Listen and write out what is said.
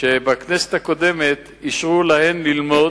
שבכנסת הקודמת אישרו להן ללמוד,